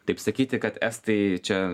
taip sakyti kad estai čia